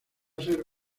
ser